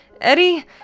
Eddie